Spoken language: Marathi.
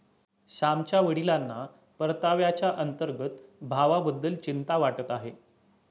श्यामच्या वडिलांना परताव्याच्या अंतर्गत भावाबद्दल चिंता वाटत आहे